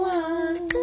one